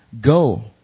Go